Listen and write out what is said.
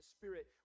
Spirit